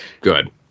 Good